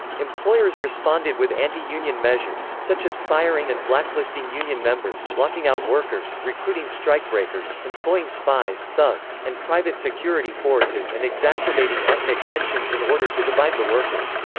employers responded with anti-union measures, such as firing and blacklisting union members, locking out workers, recruiting strikebreakers employing spies, thugs, and private security forces and exacerbating ethnic tensions in order to divide the workers.